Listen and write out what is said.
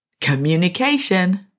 communication